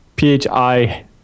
PHI